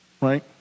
right